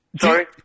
Sorry